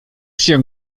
się